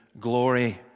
glory